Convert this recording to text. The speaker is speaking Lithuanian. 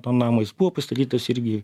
to namo jis buvo pastatytas irgi